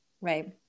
Right